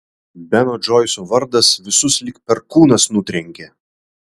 beno džoiso vardas visus lyg perkūnas nutrenkė